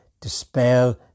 dispel